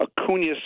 Acuna